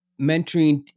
mentoring